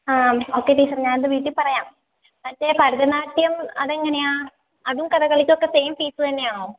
ആ ഓക്കെ ടീച്ചറെ ഞാനിത് വീട്ടിൽ പറയാം മറ്റേ ഭരതനാട്യം അത് എങ്ങനെയാണ് അതും കഥകളിക്കൊക്കെ സെയിം ഫീസ് തന്നെയാണോ